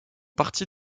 partie